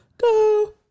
go